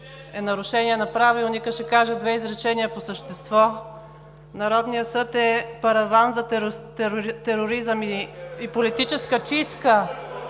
е нарушение на Правилника, ще кажа две изречения по същество. Народният съд е параван за тероризъм и политическа чистка.